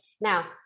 Now